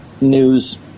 News